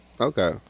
Okay